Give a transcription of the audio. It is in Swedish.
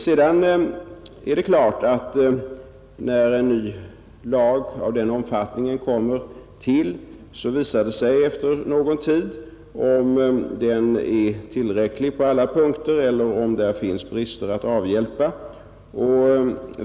Sedan en ny lag av denna omfattning varit i kraft någon tid visar det sig om den på alla punkter är tillräcklig eller om den har brister som behöver avhjälpas.